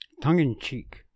tongue-in-cheek